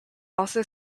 also